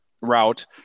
route